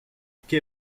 quai